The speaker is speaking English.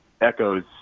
echoes